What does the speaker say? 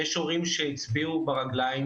ויש הורים שהצביעו ברגליים